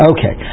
Okay